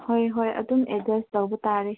ꯍꯣꯏ ꯍꯣꯏ ꯑꯗꯨꯝ ꯑꯦꯖꯁ ꯇꯧꯕ ꯇꯥꯔꯦ